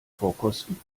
vorkosten